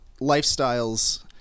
lifestyles